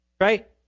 Right